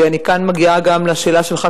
ואני כאן מגיעה גם לשאלה שלך,